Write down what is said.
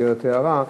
במסגרת הערה: